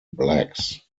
blacks